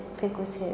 figurative